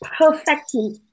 perfecting